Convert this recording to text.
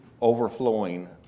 overflowing